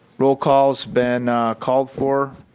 rollcall has been called for.